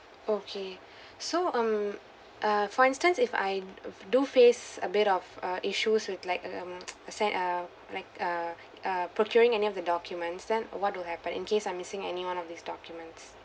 okay so um uh for instance if I do face a bit of a issues with like um say err like err err procuring any of the documents then what will happen in case I'm missing any one of these documents